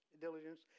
diligence